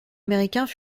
américains